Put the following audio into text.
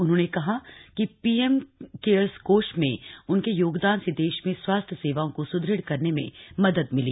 उन्होंने कहा कि पीएम केयर्स कोष में उनके योगदान से देश में स्वास्थ्य सेवाओं को सुदृढ़ करने में मदद मिली